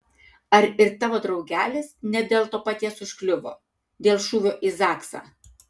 ar ir tavo draugelis ne dėl to paties užkliuvo dėl šūvio į zaksą